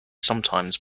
sometimes